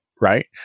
right